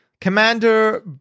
Commander